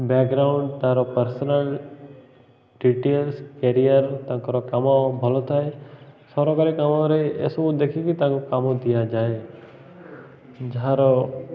background ତାର personal details career ତାଙ୍କର କାମ ଭଲ ଥାଏ ସରକାରୀ କାମରେ ଏସବୁ ଦେଖିକି ତାଙ୍କୁ କାମ ଦିଆଯାଏ ଯାହାର